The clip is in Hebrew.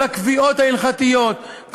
כל הקביעות ההלכתיות,